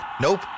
Nope